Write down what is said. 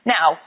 Now